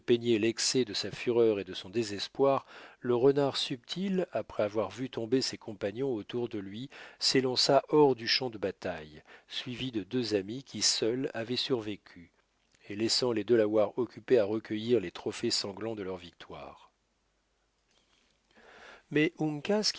l'excès de sa fureur et de son désespoir le renard subtil après avoir vu tomber ses compagnons autour de lui s'élança hors du champ de bataille suivi de deux amis qui seuls avaient survécu et laissant les delawares occupés à recueillir les trophées sanglants de leur victoire mais